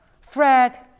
Fred